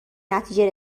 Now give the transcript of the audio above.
نتیجه